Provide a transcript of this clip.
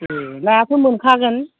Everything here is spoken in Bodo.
एह नायाथ' मोनखागोन